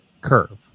curve